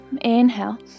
inhale